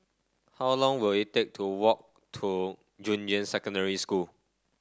how long will it take to walk to Junyuan Secondary School